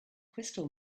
crystal